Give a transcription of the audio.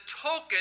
token